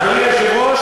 אדוני היושב-ראש,